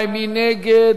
מי נגד?